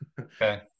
Okay